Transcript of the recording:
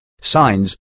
signs